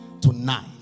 tonight